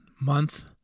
month